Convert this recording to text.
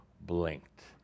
blinked